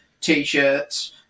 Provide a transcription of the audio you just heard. T-shirts